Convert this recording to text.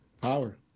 Power